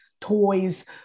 toys